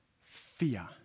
fear